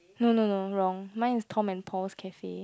no no no wrong mine is Tom and Paul's Cafe